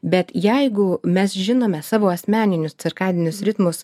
bet jeigu mes žinome savo asmeninius cirkadinius ritmus